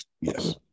Yes